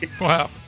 Wow